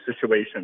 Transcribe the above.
situation